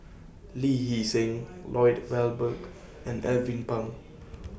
Lee Hee Seng Lloyd Valberg and Alvin Pang